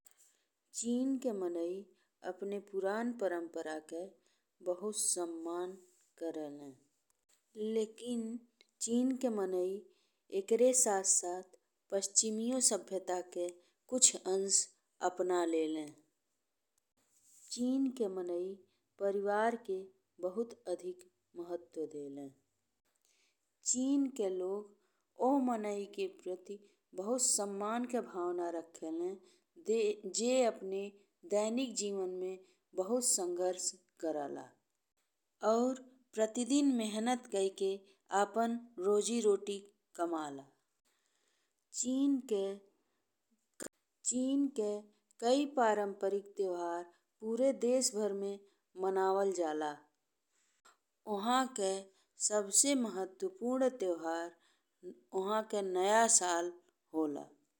चीन के मनई अपने पुरान परंपरा के बहुत सम्मान करेले लेकिन चीन के मनई एकरे साथ-साथ पश्चिमियो सभ्यता के कुछ अंश अपना लेले। चीन के मनई परिवार के बहुत अधिक महत्व देले। चीन के लोग ओह मनई के प्रति बहुत सम्मान के भावना रखेले जे अपने दैनिक जीवन में बहुत संघर्ष करे ला और प्रतिदिन मेहनत कई के आपन रोजी रोटी कमाला। चीन के कई परंपरिक त्योहार पूरे देश भर मनावल जाला। ओहाँ के सबसे महत्वपूर्ण त्योहार ओहाँ के नया साल होला।